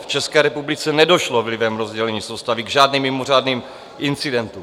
V České republice nedošlo vlivem rozdělení soustavy k žádným mimořádným incidentům.